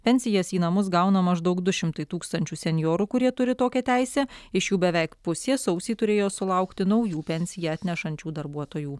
pensijas į namus gauna maždaug du šimtai tūkstančių senjorų kurie turi tokią teisę iš jų beveik pusė sausį turėjo sulaukti naujų pensiją atnešančių darbuotojų